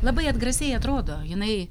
labai atgrasiai atrodo jinai